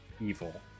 evil